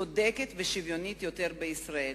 צודקת ושוויונית יותר בישראל.